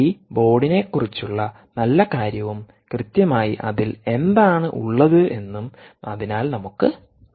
ഈ ബോർഡിനെക്കുറിച്ചുള്ള നല്ല കാര്യവും കൃത്യമായി അതിൽ എന്താണ് ഉള്ളതെന്നും അതിനാൽ നമുക്ക് നോക്കാം